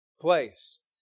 place